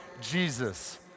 Jesus